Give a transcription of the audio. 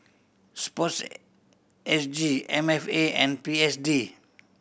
Sports S G M F A and P S D